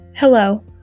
Hello